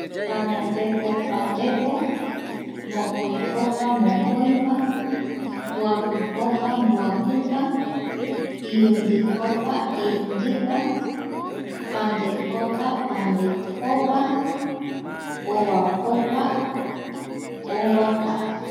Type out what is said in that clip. Pañandepo pandepo, mokoipopa mokoipa, mbopipopa mboapipa, irundipopa irundipa, pandepopa pandepopa, ovapopa ovapa,